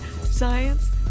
science